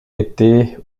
été